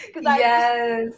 Yes